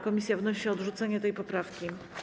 Komisja wnosi o odrzucenie tej poprawki.